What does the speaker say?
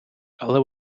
але